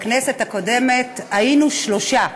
בכנסת הקודמת, היינו שלושה,